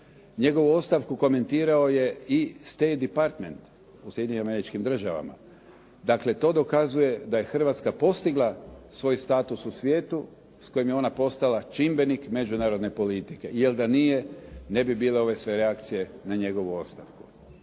Njegovu ostavku komentira je i State Department u Sjedinjenim Američkim Državama. Dakle, to dokazuje da je Hrvatska postigla svoj status u svijetu s kojim je ona postala čimbenik međunarodne politike, jer da nije ne bi bile ove sve reakcije na njegovu ostavku.